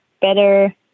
better